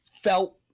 felt